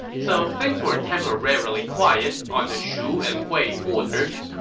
so things were temporarily quiet on the shu and wei borders.